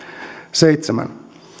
seitsemän